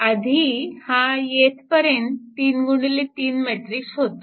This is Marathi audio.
आधी हा येथपर्यंत 3 गुणिले 3 मॅट्रिक्स होता